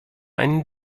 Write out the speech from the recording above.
einen